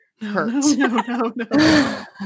hurt